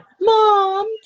mom